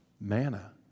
Manna